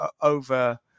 over